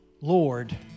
Lord